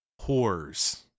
whores